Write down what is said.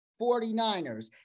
49ers